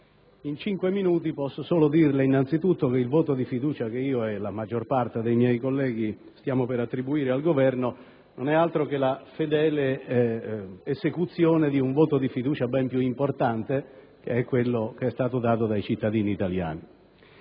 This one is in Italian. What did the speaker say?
stati assegnati posso solo dirle, innanzitutto, che il voto di fiducia che la maggior parte dei miei colleghi ed io stiamo per attribuire al Governo non è altro che la fedele esecuzione di un voto di fiducia ben più importante, quello che è stato espresso dai cittadini italiani.